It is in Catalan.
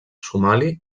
somali